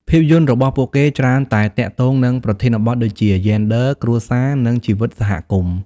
ភាពយន្តរបស់ពួកគេច្រើនតែទាក់ទងនឹងប្រធានបទដូចជា យេនឌ័រ គ្រួសារ និងជីវិតសហគមន៍។